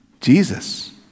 Jesus